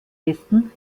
westen